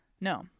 No